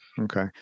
okay